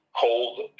cold